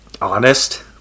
honest